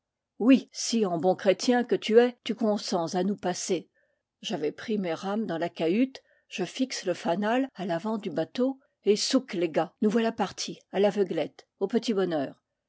oui si en bon chrétien que tu es tu consens à nous passer j'avais pris mes rames dans la cahute je fixe le fanal à l'avant du bateau et souque les gars nous voilà partis à l'aveuglette au petit bonheur